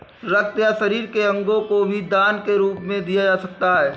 रक्त या शरीर के अंगों को भी दान के रूप में दिया जा सकता है